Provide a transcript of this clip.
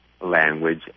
language